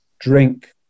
drink